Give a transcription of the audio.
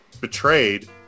betrayed